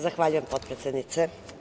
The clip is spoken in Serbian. Zahvaljujem potpredsednice.